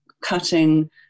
cutting